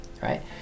Right